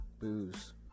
booze